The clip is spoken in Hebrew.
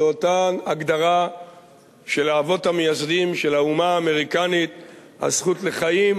לאותה הגדרה של האבות המייסדים של האומה האמריקנית על הזכות לחיים,